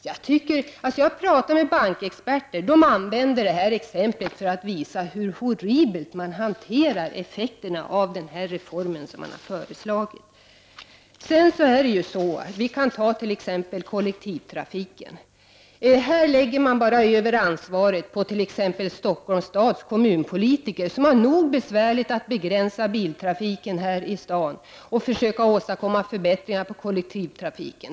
Jag har talat med bankexperter, som använder detta exempel för att visa hur horribelt socialdemokraterna beskriver effekterna av den föreslagna reformen. När det gäller kollektivtrafiken lägger man över ansvaret på Stockholms stads kommunpolitiker, som redan har det nog besvärligt med att begränsa biltrafiken här i staden och försöka åstadkomma förbättringar av kollektivtrafiken.